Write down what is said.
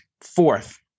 fourth